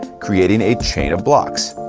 creating a chain of blocks,